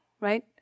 right